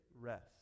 rest